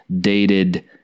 dated